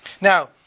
Now